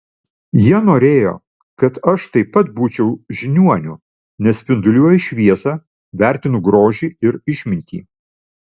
jie norėjo kad aš taip pat būčiau žiniuoniu nes spinduliuoju šviesą vertinu grožį ir išmintį